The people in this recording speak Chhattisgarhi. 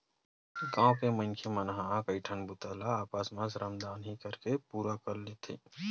गाँव के मनखे मन ह कइठन बूता ल आपस म ही श्रम दान करके पूरा कर लेथे